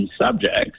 subjects